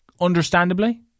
understandably